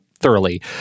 thoroughly